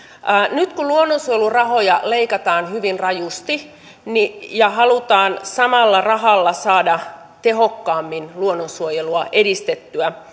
nyt kun luonnonsuojelurahoja leikataan hyvin rajusti ja halutaan samalla rahalla saada tehokkaammin luonnonsuojelua edistettyä